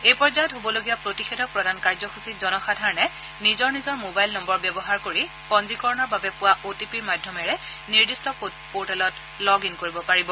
এই পৰ্যায়ত হবলগীয়া প্ৰতিষেধক প্ৰদান কাৰ্যসূচীত জনসাধাৰণে নিজৰ নিজৰ মবাইল নম্বৰ ব্যৱহাৰ কৰি পঞ্জীকৰণৰ বাবে পোৱা অ টি পিৰ মাধ্যমেৰে নিৰ্দিষ্ট পৰ্টেলত লগ ইন কৰিব পাৰিব